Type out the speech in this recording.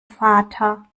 vater